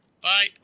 Bye